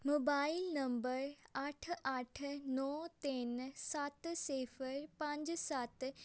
mobile number ਅੱਠ ਅੱਠ ਨੌ ਤਿੰਨ ਸੱਤ ਸਿਫ਼ਰ ਪੰਜ ਸੱਤ